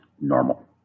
normal